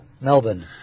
Melbourne